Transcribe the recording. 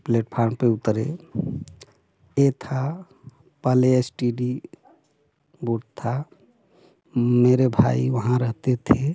platform पआर उतरे ए था पहले एस टी डी बूथ था मेरे भाई वहाँ रहते थे